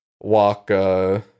walk